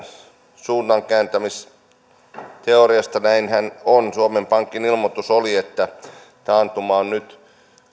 suunnankääntämisteoriasta näinhän on suomen pankin ilmoitus oli että taantuma on nyt